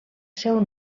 seu